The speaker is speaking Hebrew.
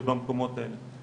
ובמקומות האלה.